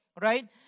right